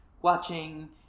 Watching